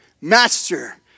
master